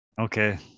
Okay